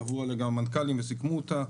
עברו עליה המנכ"לים וסיכמו אותה.